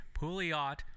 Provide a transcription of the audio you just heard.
Pouliot